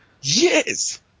Yes